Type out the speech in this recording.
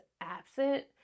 absent